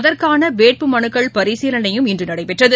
அதற்கானவேட்புமனுக்கள் பரிசீலனையும் இன்றுநடைபெற்றது